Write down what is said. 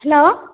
hello